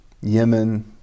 Yemen